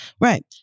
Right